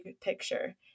picture